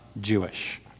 Jewish